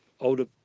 older